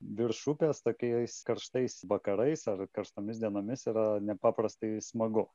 virš upės tokiais karštais vakarais ar karštomis dienomis yra nepaprastai smagu